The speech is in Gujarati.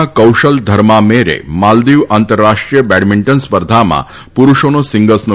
ભારતના કૌશાલ ધર્મામેરે માલદીવ આંતર રાષ્ટ્રીય બેડમિન્ટન સ્પર્ધામાં પુરૂષોનો સિંગલ્સનો